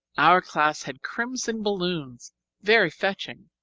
our class had crimson balloons very fetching,